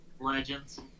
Legends